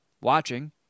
watching